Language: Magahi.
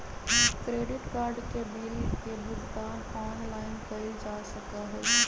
क्रेडिट कार्ड के बिल के भुगतान ऑनलाइन कइल जा सका हई